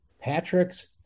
Patrick's